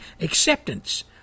acceptance